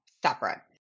Separate